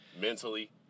mentally